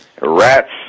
rats